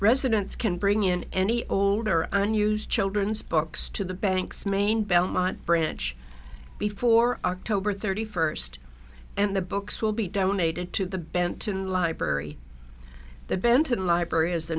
residents can bring in any older unused children's books to the banks main belmont branch before october thirty first and the books will be donated to the bent to the library the benton library is